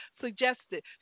suggested